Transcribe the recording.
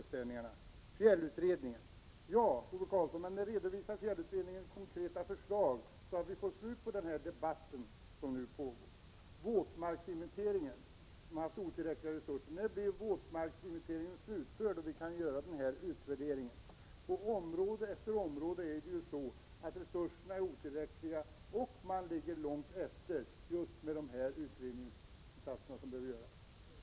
När skall för det första fjällutredningen redovisa några konkreta förslag, så att vi får slut på den debatt som nu pågår? För det andra har våtmarksinventeringen haft otillräckliga resurser. När blir våtmarksinventeringen slutförd så att vi kan göra en utvärdering? På område efter område är resurserna otillräckliga, och man ligger långt efter med de utredningsinsatser som bör göras.